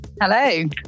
Hello